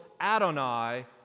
Adonai